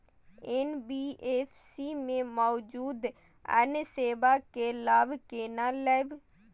NBFC में मौजूद अन्य सेवा के लाभ केना लैब?